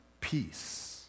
peace